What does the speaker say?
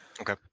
Okay